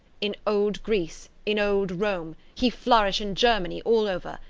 in old greece, in old rome he flourish in germany all over,